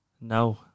No